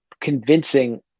convincing